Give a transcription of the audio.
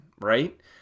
right